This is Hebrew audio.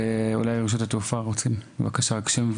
אולי רשות התעופה רוצים להגיב.